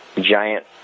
giant